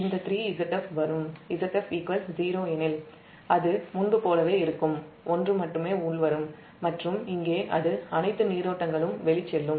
Zf 0 எனில் அது முன்பு போலவே இருக்கும் ஒன்று மட்டுமே உள்வரும் மற்றும் இங்கே அனைத்து நீரோட்டங்களும் வெளிச் செல்லும்